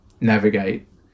navigate